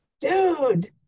dude